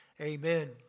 Amen